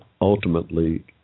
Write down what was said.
ultimately